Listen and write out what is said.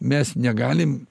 mes negalim